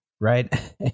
right